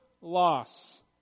loss